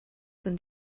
sind